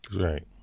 Right